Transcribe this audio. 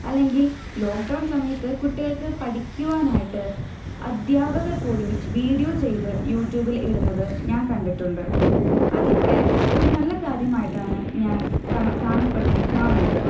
അല്ലെങ്കില് ലോക്ക്ഡൗണ് സമയത്ത് കുട്ടികള്ക്ക് പഠിക്കുവാനായിട്ട് അദ്ധ്യാപകര് പോലും വീഡിയോ ചെയ്ത് യൂറ്റൂബിൽ ഇടുന്നത് ഞാന് കണ്ടിട്ടുണ്ട് അതൊക്കെ ഒരു നല്ല കാര്യമായിട്ടാണ് ഞാന് കാണപ്പെടുന്നത് കാണുന്നത്